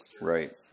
Right